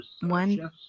one